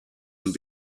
and